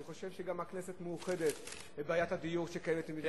אני חושב שגם הכנסת מאוחדת בנושא בעיית הדיור שקיימת במדינת ישראל.